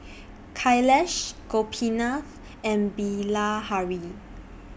Kailash Gopinath and Bilahari